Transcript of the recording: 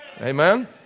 Amen